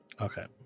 okay